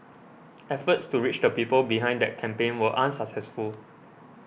efforts to reach the people behind that campaign were unsuccessful